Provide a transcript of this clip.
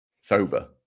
sober